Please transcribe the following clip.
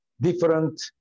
different